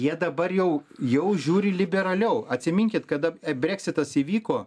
jie dabar jau jau žiūri liberaliau atsiminkit kada breksitas įvyko